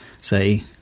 say